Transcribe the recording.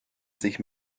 sich